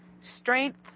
Strength